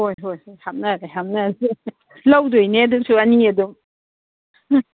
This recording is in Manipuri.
ꯍꯣꯏ ꯍꯣꯏ ꯍꯥꯞꯅꯔꯦ ꯍꯥꯞꯅꯔꯦ ꯂꯧꯗꯣꯏꯅꯦ ꯑꯗꯨꯁꯨ ꯑꯅꯤ ꯑꯗꯨꯝ